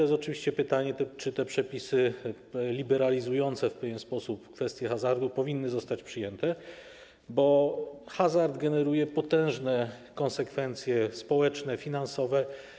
Jest oczywiście pytanie, czy te przepisy liberalizujące w pewien sposób kwestię hazardu powinny zostać przyjęte, bo hazard generuje potężne konsekwencje społeczne i finansowe.